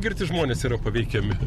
girti žmonės yra paveikiami